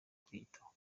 kwiyitaho